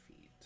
feet